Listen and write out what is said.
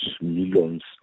millions